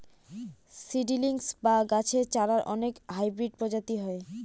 seedlings বা গাছের চারার অনেক হাইব্রিড প্রজাতি হয়